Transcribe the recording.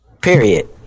Period